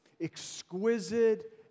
exquisite